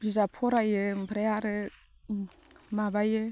बिजाब फरायो ओमफ्राय आरो माबायो